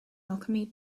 alchemy